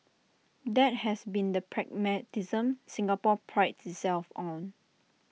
that has been the pragmatism Singapore prides itself on